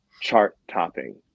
chart-topping